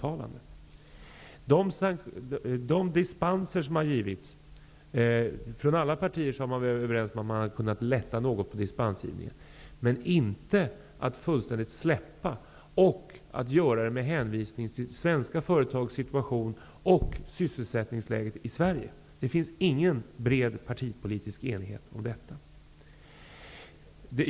Alla partier har varit överens om att vi har kunnat lätta något på dispensgivningen, men inte att fullständigt släppa den och göra det med hänvisning till svenska företags situation och sysselsättningsläget i Sverige. Det finns ingen bred partipolitisk enighet om detta.